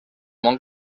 món